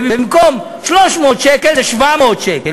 ובמקום 300 שקל זה 700 שקל,